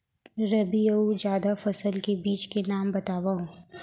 रबि अऊ जादा फसल के बीज के नाम बताव?